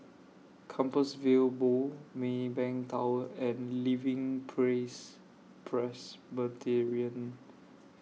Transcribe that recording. Compassvale Bow Maybank Tower and Living Praise Presbyterian